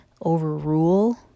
overrule